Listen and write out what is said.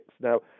Now